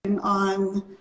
on